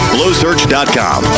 BlowSearch.com